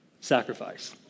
sacrifice